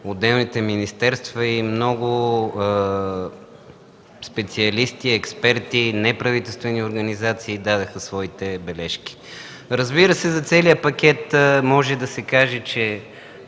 отделните министерства и много специалисти, експерти, неправителствени организации дадоха своите бележки. Разбира се, за целия пакет може да се каже, че